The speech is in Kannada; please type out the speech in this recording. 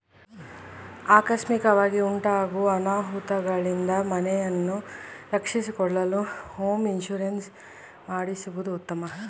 ಆಕಸ್ಮಿಕವಾಗಿ ಉಂಟಾಗೂ ಅನಾಹುತಗಳಿಂದ ಮನೆಯನ್ನು ರಕ್ಷಿಸಿಕೊಳ್ಳಲು ಹೋಮ್ ಇನ್ಸೂರೆನ್ಸ್ ಮಾಡಿಸುವುದು ಉತ್ತಮ